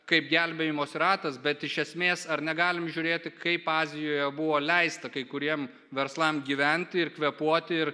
kaip gelbėjimosi ratas bet iš esmės ar negalim žiūrėti kaip azijoje buvo leista kai kuriem verslam gyventi ir kvėpuoti